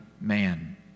man